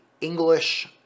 English